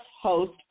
host